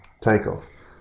takeoff